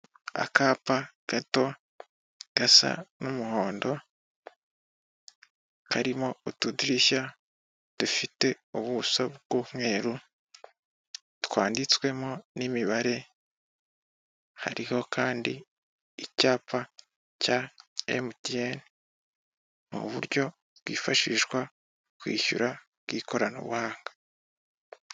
Akapa gato gasa n'umuhondo, karimo utudirishya dufite ubuso bw'umweru, twanditswemo n'imibare, hariho kandi icyapa cya Emutiyeni, mu buryo bwifashishwa kwishyura bw'ikoranabuhanga.